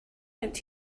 out